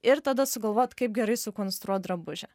ir tada sugalvot kaip gerai sukonstruoti drabužį